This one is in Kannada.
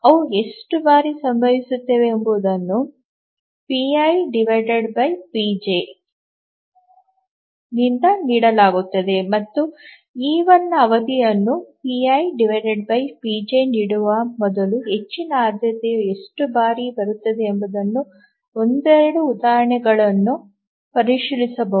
ಅವು ಎಷ್ಟು ಬಾರಿ ಸಂಭವಿಸುತ್ತವೆ ಎಂಬುದನ್ನು ⌈pipj ⌉ by ನಿಂದ ನೀಡಲಾಗುತ್ತದೆ ಮತ್ತು e1 ನ ಅವಧಿಯನ್ನು ⌈pipj ⌉ ನೀಡುವ ಮೊದಲು ಹೆಚ್ಚಿನ ಆದ್ಯತೆಯು ಎಷ್ಟು ಬಾರಿ ಬರುತ್ತದೆ ಎಂಬುದನ್ನು ಒಂದೆರಡು ಉದಾಹರಣೆಗಳನ್ನು ಪರಿಶೀಲಿಸಬಹುದು